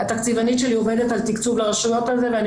התקציבנית שלי עובדת על תקצוב לרשויות על זה ואני